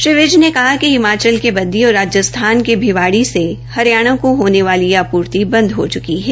श्री विज ने कहा कि हिमाचल के बददी और राजस्थान के भिवाड़ी से हरियाणा को होने वाली आपूर्ति बंद हो च्की है